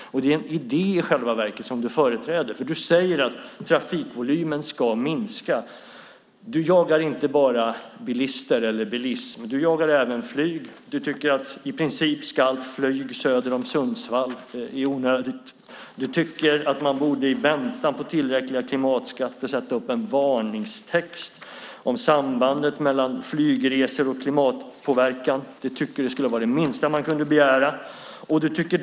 Det är i själva verket en idé som du företräder, för du säger att trafikvolymen ska minska. Du jagar inte bara bilismen, utan du jagar även flyget. Du tycker att allt flyg söder om Sundsvall i princip är onödigt och anser att man i väntan på tillräckliga klimatskatter borde sätta upp en varningstext om sambandet mellan flygresor och klimatpåverkan. Det tycker du vore det minsta man kunde begära.